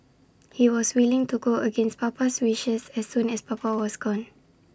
he was willing to go against Papa's wishes as soon as papa was gone